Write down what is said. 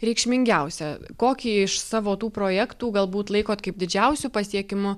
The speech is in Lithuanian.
reikšmingiausia kokį iš savo tų projektų galbūt laikot kaip didžiausiu pasiekimu